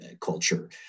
culture